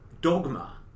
dogma